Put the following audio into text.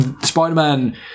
Spider-Man